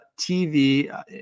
TV